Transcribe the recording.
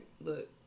look